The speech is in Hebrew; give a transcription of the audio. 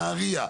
נהריה,